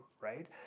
right